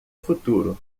futuro